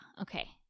Okay